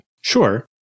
Sure